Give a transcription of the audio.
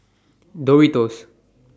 Doritos